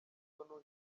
ubwo